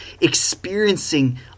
experiencing